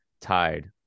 tied